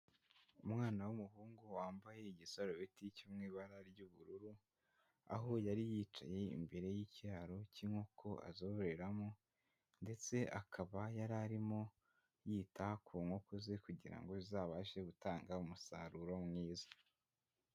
Umwana w'umuhungu wambaye igisarubeti cyo mu ibara ry'ubururu, aho yari yicaye imbere y'ikiraro cy'inkoko azororeramo ndetse akaba yarimo yita ku nkoko ze kugira ngo zizabashe gutanga umusaruro mwiza.